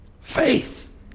Faith